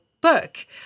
book